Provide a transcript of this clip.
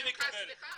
מבקשת ממך סליחה.